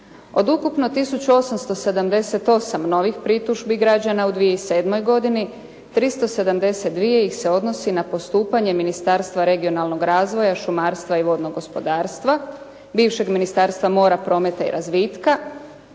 Od ukupno 1878 novih pritužbi građana u 2007. godini, 372 se odnosi na postupanje Ministarstva regionalnog razvoja, šumarstva i vodnog gospodarstva, bivšeg Ministarstva mora, prometa i razvitka